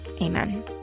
amen